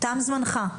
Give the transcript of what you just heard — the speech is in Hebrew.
תם זמנך,